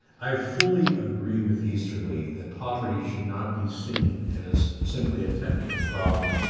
i fully agree with easterly that poverty should not be seen as simply a technical problem,